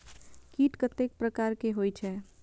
कीट कतेक प्रकार के होई छै?